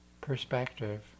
perspective